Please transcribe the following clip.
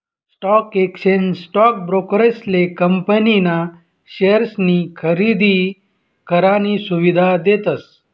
stock exchange stock ब्रोकरेसले company ना शेअर्सनी खरेदी करानी सुविधा देतस